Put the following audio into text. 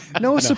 No